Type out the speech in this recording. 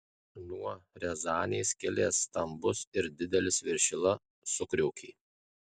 nuo riazanės kilęs stambus ir didelis viršila sukriokė